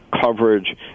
coverage